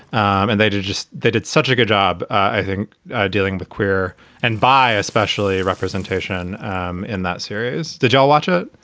and they did just that. it's such a good job. i think dealing with queer and bi, especially representation um in that series. did you ah watch it?